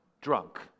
Drunk